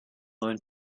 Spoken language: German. neuen